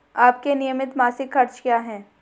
आपके नियमित मासिक खर्च क्या हैं?